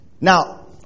Now